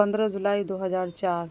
پندرہ جلائی دو ہزار چار